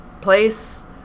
place